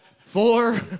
four